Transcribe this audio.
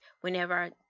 whenever